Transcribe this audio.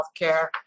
healthcare